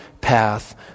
path